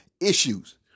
issues